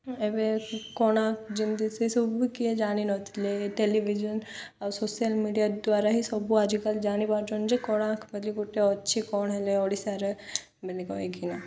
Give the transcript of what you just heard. ଏବେ କୋଣାର୍କ ଯେମିତି ସେ ସବୁ ବି କିଏ ଜାଣିନଥିଲେ ଟେଲିଭିଜନ ଆଉ ସୋସିଆଲ ମିଡ଼ିଆ ଦ୍ୱାରା ହି ସବୁ ଆଜିକାଲି ଜାଣିପାରୁଛନ୍ତି ଯେ କୋଣାର୍କ ବୋଲି ଗୋଟେ ଅଛି କ'ଣ ହେଲେ ଓଡ଼ିଶାରେ ବ କହିକିନା